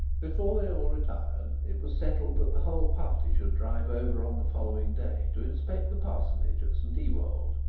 before they all retired it was settled that the whole party should drive over on the following day to inspect the parsonage at st ewold.